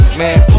man